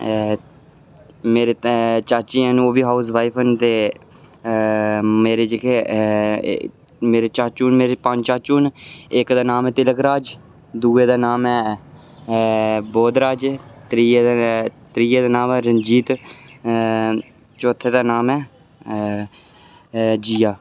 मेरे त्रै चाचियां न ओह् बी हाउसवाईफ न ते मेरे जेह्के मेरे चाचू न मेरे पंज चाचू न इक दा नाम ऐ तिलक राज दुए दा नाम ऐ ऐ बोधराज त्रिए दा त्रिये दा नाम रंजीत ऐ चौथे दा नाम ऐ जियां